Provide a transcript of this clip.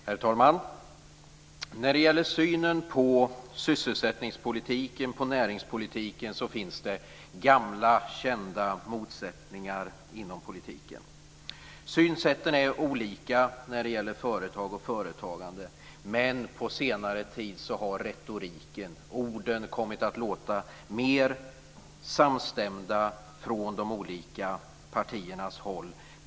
Herr talman! När det gäller synen på sysselsättningspolitiken och näringspolitiken finns det gamla kända motsättningar. Synsätten är olika när det gäller företag och företagande, men på senare tid har retoriken, orden, kommit att låta mer samstämd från de olika partiernas håll.